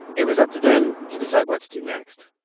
it was up to them to decide what to do next